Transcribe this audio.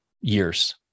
years